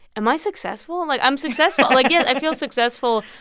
am i successful? and like, i'm successful. like, yeah i feel successful,